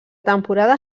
temporada